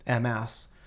MS